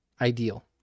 ideal